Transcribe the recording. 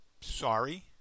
sorry